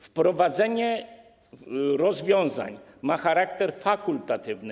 Wprowadzenie rozwiązań ma charakter fakultatywny.